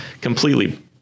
completely